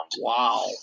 Wow